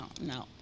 no